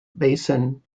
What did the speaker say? basin